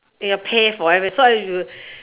you will pay for every so if you